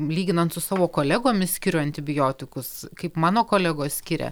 lyginant su savo kolegomis skiriu antibiotikus kaip mano kolegos skiria